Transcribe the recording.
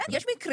כן, יש מקרים.